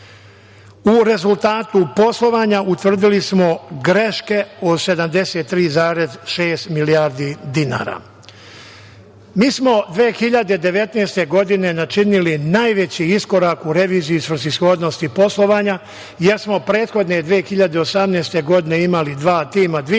rezultatu poslovanja, utvrdili smo greške u 73,6 milijardi dinara. Mi smo 2019. godine načinili najveći iskorak u reviziji svrsishodnosti poslovanja, jer smo prethodne 2018. godine imali dva tima, dve